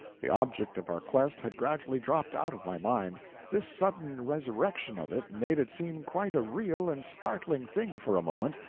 the object of our quest had gradually dropped out of my mind this sudden resurrection of it made it seem quite a real and startling thing for a moment,